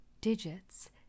digits